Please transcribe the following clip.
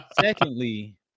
Secondly